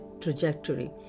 trajectory